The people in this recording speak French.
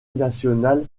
national